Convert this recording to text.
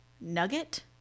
Nugget